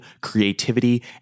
creativity